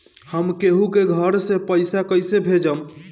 हम केहु के घर से पैसा कैइसे भेजम?